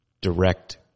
direct